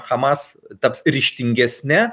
hamas taps ryžtingesne